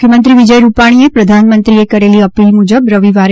મુખ્યમંત્રી વિજય રૂપાણીએ પ્રધાનમંત્રીએ કરેલી અપીલ મુજબ રવિવારે